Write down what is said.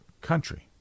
country